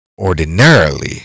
ordinarily